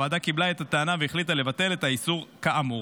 הוועדה קיבלה את הטענות והחליטה לבטל את האיסור כאמור.